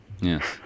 yes